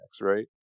right